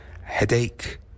headache